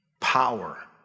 power